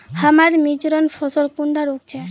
हमार मिर्चन फसल कुंडा रोग छै?